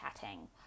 chatting